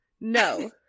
No